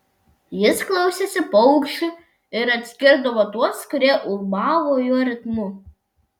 jis klausėsi paukščių ir atskirdavo tuos kurie ulbavo jo ritmu